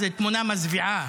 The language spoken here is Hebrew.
זו תמונה מזוויעה,